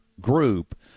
group